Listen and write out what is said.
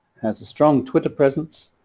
has a strong twitter presence